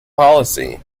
policy